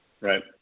Right